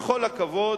בכל הכבוד,